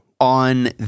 on